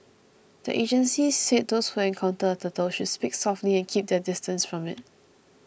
the agencies said those who encounter a turtle should speak softly and keep their distance from it